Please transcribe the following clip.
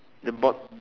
the bott~